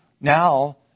now